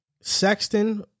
Sexton